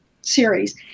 series